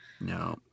No